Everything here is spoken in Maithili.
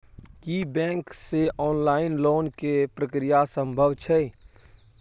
की बैंक से ऑनलाइन लोन के प्रक्रिया संभव छै?